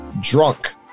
drunk